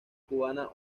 cubana